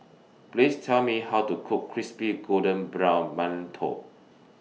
Please Tell Me How to Cook Crispy Golden Brown mantou